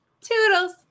Toodles